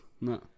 No